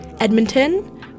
Edmonton